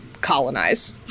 colonize